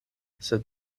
sed